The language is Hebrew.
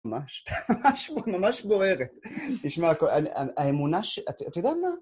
ממש, ממש בוערת. תשמע, האמונה ש... אתה יודע מה?